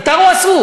מותר או אסור?